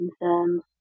concerns